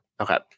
Okay